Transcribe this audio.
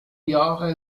jahre